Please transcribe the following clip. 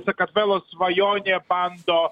sakartvelo svajonė bando